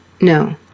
No